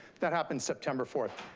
that happened september fourth.